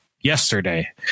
yesterday